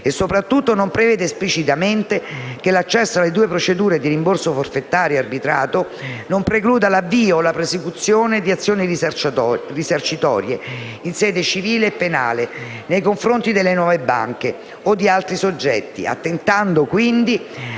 e soprattutto non prevede esplicitamente che l'accesso alle due procedure, di rimborso forfettario e arbitrato, non precluda l'avvio o la prosecuzione di azioni risarcitorie, civili o penali, nei confronti delle «Nuove banche» o di altri soggetti attentando a